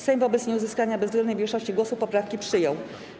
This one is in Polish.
Sejm wobec nieuzyskania bezwzględnej większości głosów poprawki przyjął.